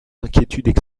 inquiétudes